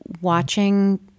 watching